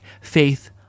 faith